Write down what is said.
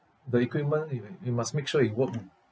the equipment we ma~ we must make sure it work ah